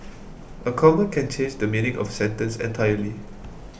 a comma can change the meaning of sentence entirely